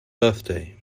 birthday